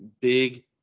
big